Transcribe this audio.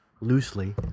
loosely